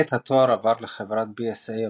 עת התואר עבר לחברת BSA הבריטית.